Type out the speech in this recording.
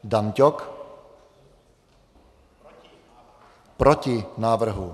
Dan Ťok: Proti návrhu.